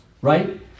right